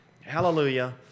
hallelujah